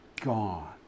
gone